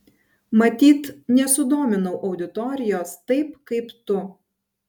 matyt nesudominau auditorijos taip kaip tu